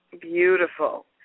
Beautiful